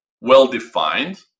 well-defined